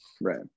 Right